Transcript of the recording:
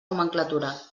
nomenclatura